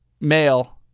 male